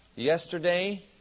Yesterday